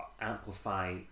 amplify